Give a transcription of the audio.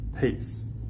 peace